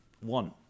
one